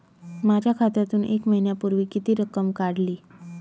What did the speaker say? माझ्या खात्यातून एक महिन्यापूर्वी किती रक्कम काढली?